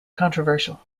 controversial